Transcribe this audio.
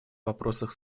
вопросах